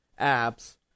apps